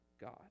God